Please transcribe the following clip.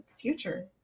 future